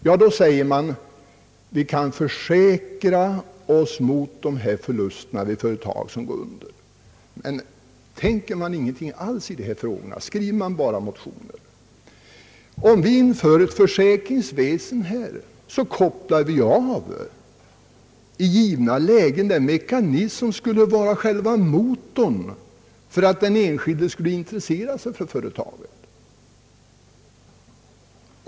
Ja, då säger man: Vi kan försäkra oss mot förluster i företag som går under. Men tänker man ingenting alls i de här frågorna? Skriver man bara motioner? Om vi inför ett försäkringssystem, så kopplar vi i givna lägen av den mekanism som skulle vara själva motorn för att den enskilde skulle intressera sig för företaget.